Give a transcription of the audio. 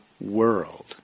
world